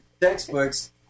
textbooks